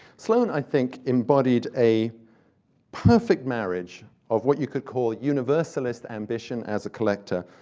sloane, i think, embodied a perfect marriage of what you could call universalist ambition as a collector,